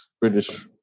British